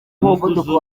umuvuduko